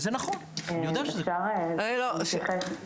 שמעתי את האמירה של היושבת-ראש,